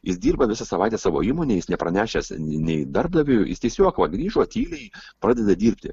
jis dirba visą savaitę savo įmonėj jis nepranešęs nei darbdaviui jis tiesiog va grįžo tyliai pradeda dirbti